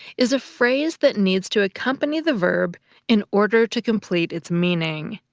is a phrase that needs to accompany the verb in order to complete its meaning.